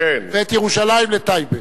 ואת ירושלים לטייבה.